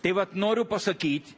tai vat noriu pasakyt